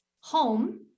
home